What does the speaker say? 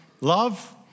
love